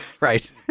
Right